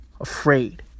Afraid